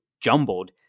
jumbled